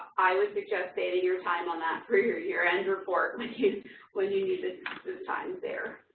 i would suggest saving your time on that for your year end report, when you when you need that time there.